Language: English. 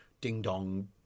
ding-dong